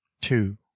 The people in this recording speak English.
Two